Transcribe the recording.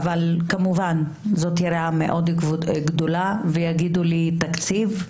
כמובן, זאת יריעה גדולה מאוד, ויגידו לי: תקציב,